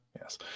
Yes